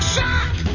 Shock